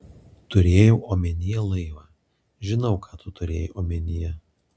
turėjau omenyje laivą žinau ką tu turėjai omenyje